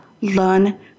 learn